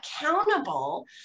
accountable